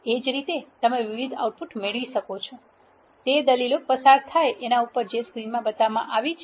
એ જ રીતે તમે વિવિધ આઉટપુટ મેળવી શકો છો તે દલીલો પસાર થાય એના ઉપર છે જે સ્ક્રીનમાં બતાવવામાં આવી છે